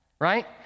right